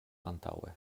antaŭe